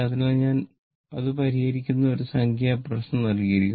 അതിനാൽ അത് പരിഹരിക്കുന്ന ഒരു സംഖ്യാ പ്രശ്നം നൽകിയിരിക്കുന്നു